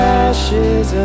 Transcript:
ashes